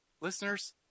Listeners